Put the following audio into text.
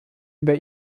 über